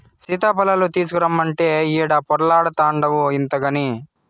సీతాఫలాలు తీసకరమ్మంటే ఈడ పొర్లాడతాన్డావు ఇంతగని